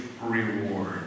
reward